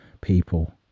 People